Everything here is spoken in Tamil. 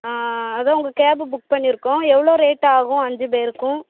அதுதான் உங்கள் கேபு புக் பண்ணியிருக்கோம் எவ்வளோ ரேட் ஆகும் அஞ்சு பேருக்கும்